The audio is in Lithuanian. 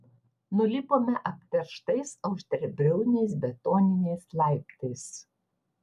nulipome apterštais aštriabriauniais betoniniais laiptais